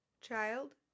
Child